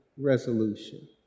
resolution